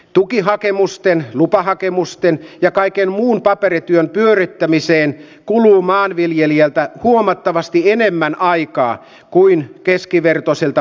tukihakemusten lupahakemusten ja kaiken muun paperityön suorittamiseen kuluu maanviljelijältä huomattavasti enemmän aikaa kuin keskivertoisilta